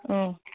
ꯑꯪ